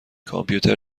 کامپیوتر